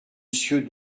monsieur